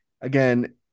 again